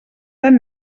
tan